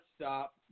stop